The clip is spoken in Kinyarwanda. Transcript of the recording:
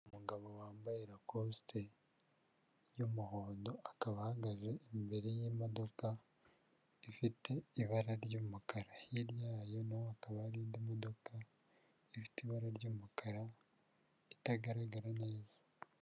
Umugabo wambaye rakosite y'umuhondo, akaba ahagaze imbere y'imodoka ifite ibara ry'umukara, hirya yayo na ho hakaba hari indi modoka ifite ibara ry'umukara itagaragara neza.